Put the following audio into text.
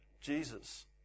Jesus